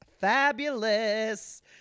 fabulous